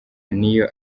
niyo